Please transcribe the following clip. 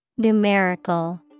Numerical